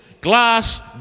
glass